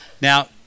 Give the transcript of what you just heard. Now